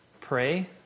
pray